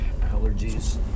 allergies